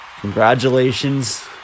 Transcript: Congratulations